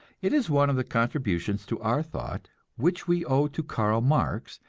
it is one of the contributions to our thought which we owe to karl marx,